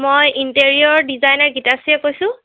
মই interior designer গীতাশ্ৰীয়ে কৈছো